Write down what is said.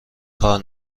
کار